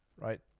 Right